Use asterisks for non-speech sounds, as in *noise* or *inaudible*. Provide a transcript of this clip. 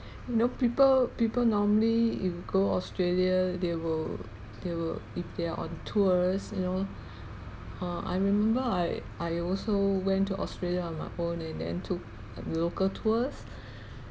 you know people people normally you go australia they will they will if they are on tours you know uh I remember I I also went to australia on my own and then took uh local tours *breath*